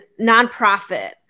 nonprofit